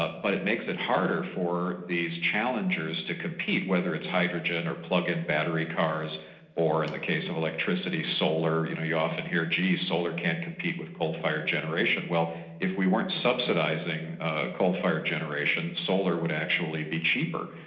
but but it makes it harder for these challengers to compete, whether it's hydrogen or plug-in battery cars or, in the case of electricity, solar. you know you often hear, gee, solar can't compete with coal-fired generation', well if we weren't subsidising coal-fired generation, solar would actually be cheaper.